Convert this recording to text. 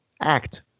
Act